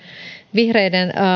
vihreiden